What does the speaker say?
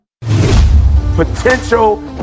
Potential